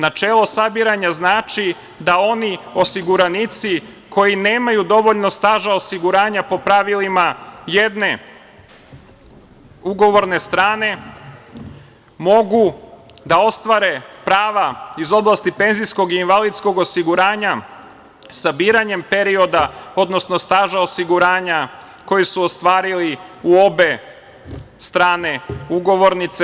Načelo sabiranja znači da oni osiguranici koji nemaju dovoljno staža osiguranja po pravilima jedne ugovorne strane mogu da ostvare prava iz oblasti penzijskog i invalidskog osiguranja sabiranjem perioda, odnosno staža osiguranja koji su ostvarili u obe strane ugovornice.